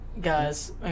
guys